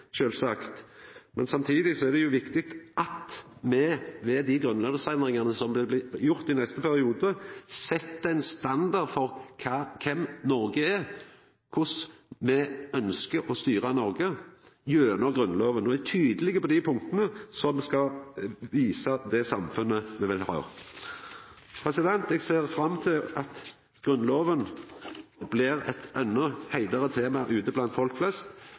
sjølvsagt, men samtidig er det viktig at me, ved dei grunnlovsendringane som me vil gjera i neste periode, set ein standard for kva Noreg står for, korleis me ønskjer å styra Noreg gjennom Grunnlova, og er tydelege på dei punkta som skal visa det samfunnet me vil ha. Eg ser fram til at Grunnlova blir eit endå heitare tema ute blant folk flest,